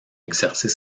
exercer